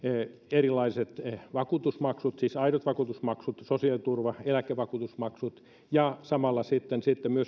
erilaiset vakuutusmaksut siis aidot vakuutusmaksut sosiaaliturva eläkevakuutusmaksut samalla myös